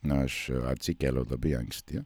nu aš atsikėliau labai anksti